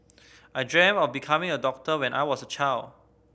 I dreamt of becoming a doctor when I was a child